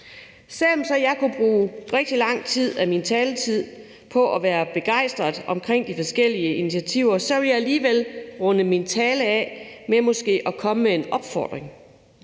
Selv om jeg kunne bruge rigtig lang tid af min taletid på at være begejstret for de forskellige initiativer, vil jeg alligevel runde min tale af med måske at komme med en opfordring.